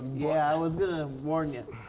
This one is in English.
yeah, i was gonna warn you.